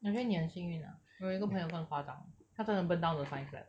actually 你很幸运啊我有一个朋友更夸张他真的 burn down the science lab